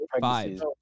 five